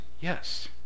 yes